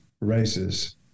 races